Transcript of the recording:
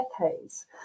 decades